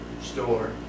store